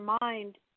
mind